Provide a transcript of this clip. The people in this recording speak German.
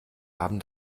haben